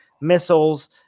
missiles